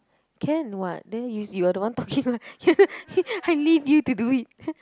can [what] there you is you're the one talking I need you to do it